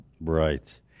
Right